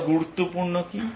আরো গুরুত্বপূর্ণ কি